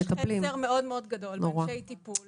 יש חסר מאוד גדול באנשי טיפול